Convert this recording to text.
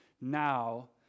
now